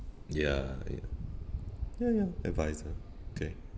ya ya ya ya advisor K